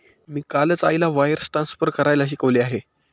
मी कालच आईला wires transfer करायला शिकवले आहे